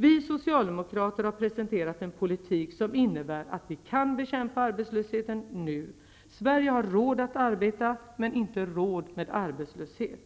Vi socialdemokrater har presenterat en politik som innebär att vi kan bekämpa arbetslösheten -- nu! Sverige har råd att arbeta -- men inte råd med arbetslöshet.